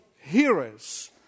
hearers